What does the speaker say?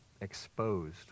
exposed